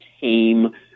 tame